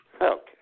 Okay